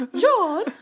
John